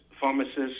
pharmacists